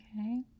Okay